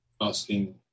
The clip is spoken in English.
Asking